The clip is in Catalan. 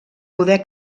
poder